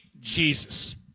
Jesus